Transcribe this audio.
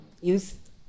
use